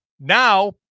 now